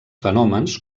fenòmens